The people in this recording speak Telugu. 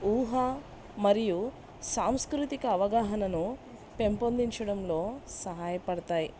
ఊహ మరియు సాంస్కృతిక అవగాహనను పెంపొందించడంలో సహాయపడతాయి